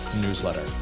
newsletter